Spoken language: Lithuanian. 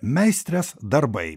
meistrės darbai